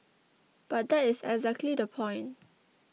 but that is exactly the point